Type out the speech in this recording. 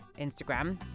Instagram